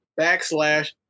backslash